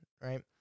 right